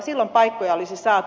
silloin paikkoja olisi saatu